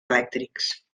elèctrics